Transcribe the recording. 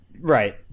Right